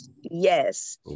Yes